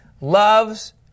loves